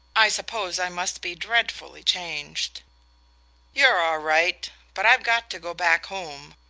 i suppose i must be dreadfully changed you're all right but i've got to go back home,